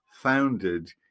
founded